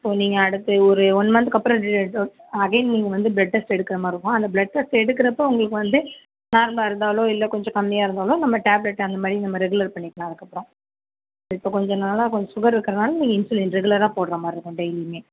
இப்போது நீங்கள் அடுத்து ஒரு ஒன் மன்த்க்கு அப்புறம் அகைன் நீங்கள் வந்து பிளட் டெஸ்ட் எடுக்கிற மாதிரி இருக்கும் அந்த பிளட் டெஸ்ட் எடுக்கிற போது உங்களுக்கு வந்து நார்மலாக இருந்தாலோ இல்லை கொஞ்சம் கம்மியாக இருந்தாலோ நம்ம டேப்ளட் அந்த மாதிரி நம்ம ரெகுலர் பண்ணிக்கலாம் அதுக்கப்புறம் இப்போ கொஞ்ச நாளாக சுகர் இருக்கிறனால் இன்சுலின் ரெகுலராக போடுகிற மாதிரி இருக்கும் டெய்லியுமே